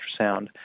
ultrasound